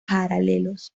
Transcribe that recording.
paralelos